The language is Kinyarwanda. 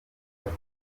tatu